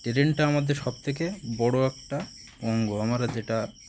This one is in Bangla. ট্রেনটা আমাদের সবথেকে বড় একটা অঙ্গ আমরা যেটা